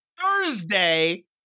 Thursday